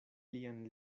lian